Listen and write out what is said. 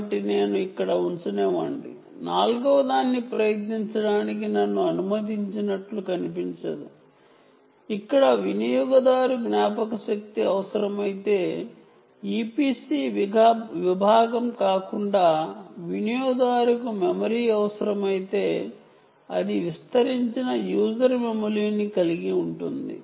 కాబట్టి నేను ఇక్కడ ఉంచనివ్వండి నాల్గవదాన్ని ప్రయత్నించడానికి నన్ను అనుమతించనట్లు అనిపించదు ఇక్కడ యూజర్ కి EPC విభాగం కాకుండా వేరె మెమొరీ అవసరమైతే కొన్ని IC లు సమాచారాన్ని నిల్వ చేయగల ఎక్స్టెండెడ్ యూజర్ మెమరీని కలిగి ఉంటాయి